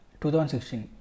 2016